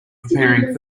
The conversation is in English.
preparing